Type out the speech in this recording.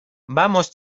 vamos